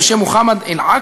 בשם מוחמד אל עאק,